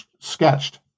sketched